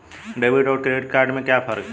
Debit और credit में क्या फर्क है?